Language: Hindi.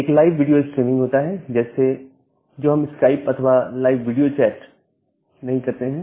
एक लाइव वीडियो स्ट्रीमिंग होता है जैसे जो हम स्काइप अथवा लाइव वीडियो चैट नहीं करते हैं